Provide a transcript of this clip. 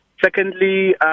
Secondly